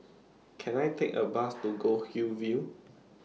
Can I Take A Bus to Goldhill View